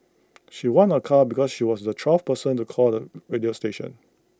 she won A car because she was the twelfth person to call the radio station